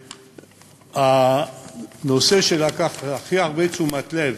שמה שלקח הכי הרבה תשומת לב